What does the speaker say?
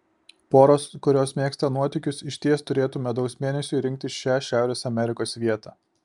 poros kurios mėgsta nuotykius išties turėtų medaus mėnesiui rinktis šią šiaurės amerikos vietą